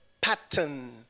pattern